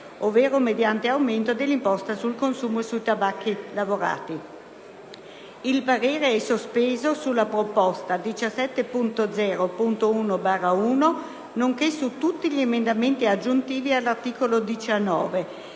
ovvero mediante aumento dell'imposta di consumo sui tabacchi lavorati. Il parere è sospeso sulla proposta 17.0.1/1, nonché su tutti gli emendamenti aggiuntivi all'articolo 19